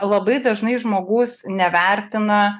labai dažnai žmogus nevertina